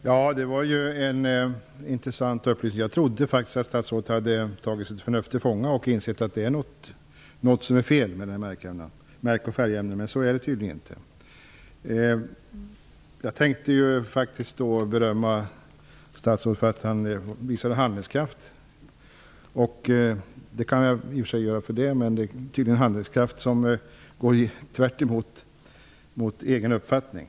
Fru talman! Det var en intressant upplysning. Jag trodde faktiskt att statsrådet hade tagit sitt förnuft till fånga och insett att det är något som är fel med märk och färgämnena, men så är det tydligen inte. Jag tänkte faktiskt berömma statsrådet för att han har visat handlingskraft. Det kan jag i och för sig göra ändå, men handlingskraften går tydligen tvärt emot hans egen uppfattning.